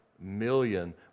million